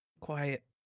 Quiet